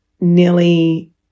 nearly